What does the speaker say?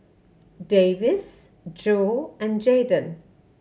Davis Jo and Jadon